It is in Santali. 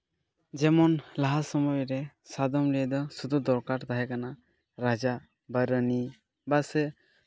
ᱡᱮᱢᱚᱱ ᱞᱟᱦᱟ ᱥᱚᱢᱚᱭ ᱨᱮ ᱥᱟᱫᱚᱢ ᱱᱤᱭᱮ ᱫᱚ ᱥᱩᱫᱩ ᱫᱚᱨᱠᱟᱨ ᱛᱟᱦᱮᱸ ᱠᱟᱱᱟ ᱨᱟᱡᱟ ᱵᱟ ᱨᱟᱱᱤ ᱵᱟ ᱥᱮ